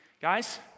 Guys